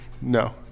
No